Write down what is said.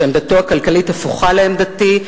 שעמדתו הכלכלית הפוכה לעמדתי.